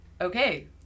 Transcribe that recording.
Okay